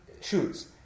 shoots